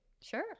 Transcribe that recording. Sure